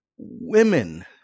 Women